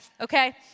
okay